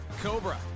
cobra